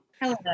Hello